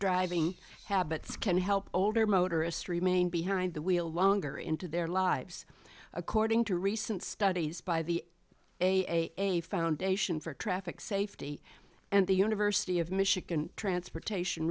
driving habits can help older motorists remain behind the wheel longer into their lives according to recent studies by the way a foundation for traffic safety and the university of michigan transportation